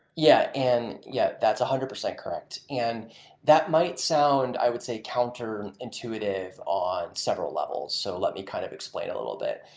yeah, and yeah that's one hundred percent correct. and that might sound, i would say, counterintuitive on several levels. so let me kind of explain a little bit.